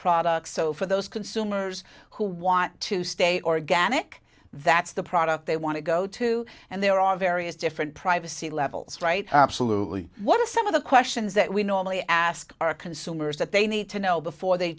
products so for those consumers who want to stay organic that's the product they want to go to and there are various different privacy levels right absolutely what are some of the questions that we normally ask our consumers that they need to know before they